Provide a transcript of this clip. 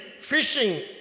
fishing